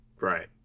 right